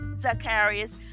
zacharias